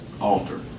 alter